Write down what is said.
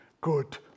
good